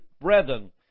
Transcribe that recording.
brethren